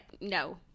no